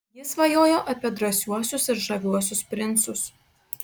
ji svajojo apie drąsiuosius ir žaviuosius princus